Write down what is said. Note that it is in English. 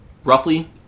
Roughly